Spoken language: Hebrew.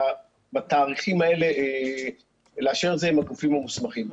זה בתאריכים האלה ולאשר את זה עם הגופים המוסמכים.